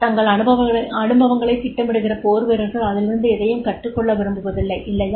தங்கள் அனுபவங்களைத் திட்டமிடுகிற போர்வீரர்கள் அதிலிருந்து எதையும் கற்றுக்கொள்ள விரும்புவதில்லை இல்லையா